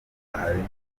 harimo